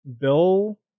bill